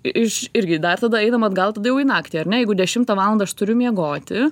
iš irgi dar tada einam atgal tada jau į naktį ar ne jeigu dešimtą valandą aš turiu miegoti